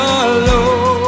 alone